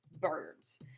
birds